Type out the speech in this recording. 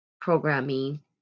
programming